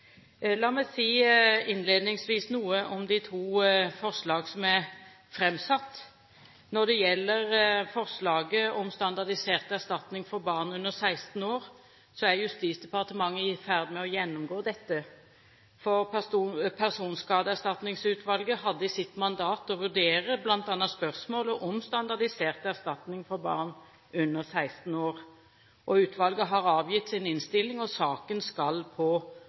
La meg innledningsvis si noe om de to forslag som er fremsatt. Når det gjelder forslaget om standardisert erstatning for barn under 16 år, så er Justisdepartementet i ferd med å gjennomgå dette, for Personskadeerstatningsutvalget hadde i sitt mandat å vurdere bl.a. spørsmålet om standardisert erstatning for barn under 16 år. Utvalget har avgitt sin innstilling, og saken skal på